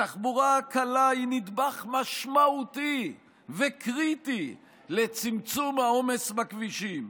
התחבורה הקלה היא נדבך משמעותי וקריטי לצמצום העומס בכבישים,